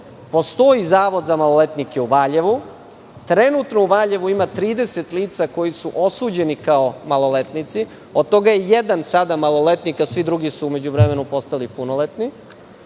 Postoji Zavod za maloletnike u Valjevu. Trenutno u Va ljevu ima 30 lica koja su osuđena kao maloletnici, od toga je jedan sada maloletnik, a svi drugi su u međuvremenu postali punoletni.